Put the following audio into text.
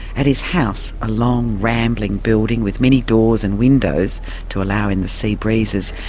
at his house, a long rambling building with many doors and windows to allow in the sea breezes,